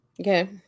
Okay